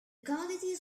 commodities